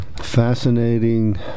Fascinating